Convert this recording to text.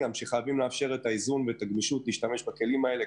שחייבים לאפשר את הגמישות ולאפשר להשתמש בכלים אלו,